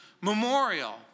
memorial